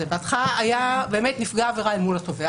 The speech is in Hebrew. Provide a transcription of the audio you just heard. בהתחלה היה נפגע העבירה אל מול התובע,